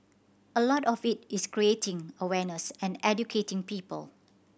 a lot of it is creating awareness and educating people